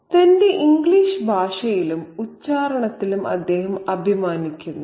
തന്റെ ഇംഗ്ലീഷ് ഭാഷയിലും ഉച്ചാരണത്തിലും അദ്ദേഹം അഭിമാനിക്കുന്നു